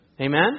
Amen